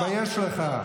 כן, תתבייש לך.